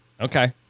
Okay